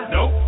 Nope